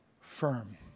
firm